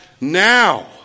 now